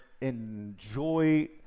enjoy